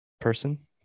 person